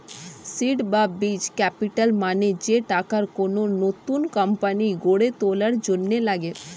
seed বা বীজ capital মানে যে টাকা কোন নতুন কোম্পানি গড়ে তোলার জন্য লাগে